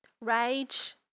rage